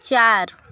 चार